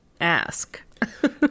ask